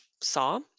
saw